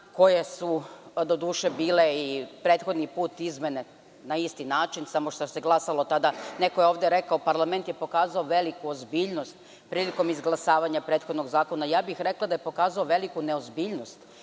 koje su, doduše, bile i prethodni put izmene na isti način, samo što se glasalo. Neko je ovde rekao – parlament je pokazao veliku ozbiljnost prilikom izglasavanja prethodnog zakona. Rekla bih da je pokazao veliku ne ozbiljnost,